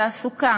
תעסוקה,